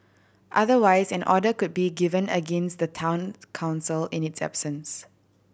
otherwise an order could be given against the Town Council in its absence